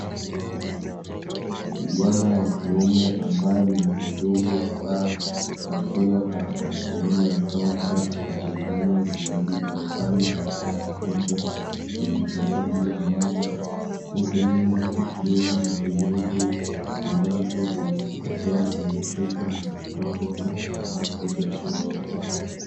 Kijana wa kiume ambae ni mhudumu wa baa akiwa katika sehemu ya kaunta akichanganya vinywaji mbalimbali katika kikombe kilichopo juu ya meza, huku nyuma kukiwa na vilevi ambavyo vimehifadhiwa kwenye chupa na kupangwa katika rafu za chuma.